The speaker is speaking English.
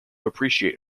appreciate